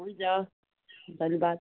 हुन्छ धन्यवाद